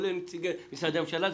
כולל נציגי משרדי הממשלה,